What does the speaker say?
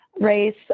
race